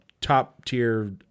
top-tier